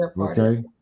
Okay